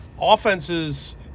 offenses